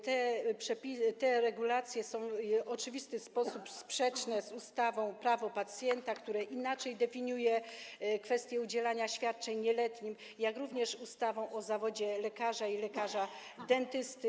Te regulacje są w oczywisty sposób sprzeczne z ustawą o prawach pacjenta, która inaczej definiuje kwestie udzielania świadczeń nieletnim, jak również ustawą o zawodzie lekarza i lekarza dentysty.